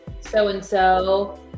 so-and-so